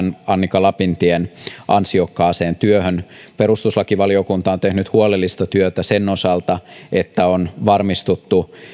annika lapintien ansiokkaaseen työhön perustuslakivaliokunta on tehnyt huolellista työtä sen osalta että on varmistuttu